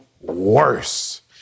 worse